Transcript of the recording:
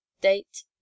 date